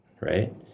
right